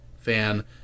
fan